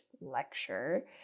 lecture